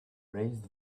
raised